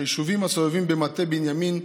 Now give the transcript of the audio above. היישובים הסובבים במטה בנימין,